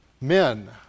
men